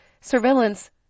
surveillance